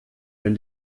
wenn